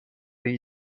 این